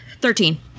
Thirteen